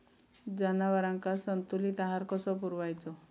जनावरांका संतुलित आहार कसो पुरवायचो?